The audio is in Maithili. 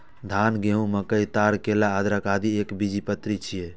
धान, गहूम, मकई, ताड़, केला, अदरक, आदि एकबीजपत्री छियै